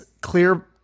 clear